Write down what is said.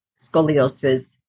scoliosis